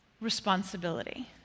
responsibility